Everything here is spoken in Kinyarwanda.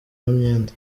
imyenda